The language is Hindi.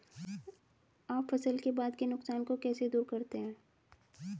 आप फसल के बाद के नुकसान को कैसे दूर करते हैं?